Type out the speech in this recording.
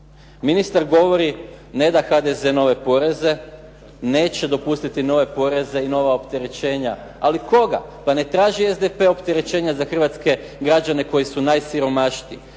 Ministar govori, ne da HDZ nove poreze, neće dopustiti nove poreze i nova opterećenja. Ali koga, pa ne traži SDP opterećenja za hrvatske građane koji su najsiromašniji.